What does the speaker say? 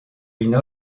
une